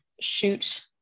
shoot